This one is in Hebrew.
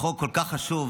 חוק כל כך חשוב,